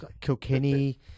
Kilkenny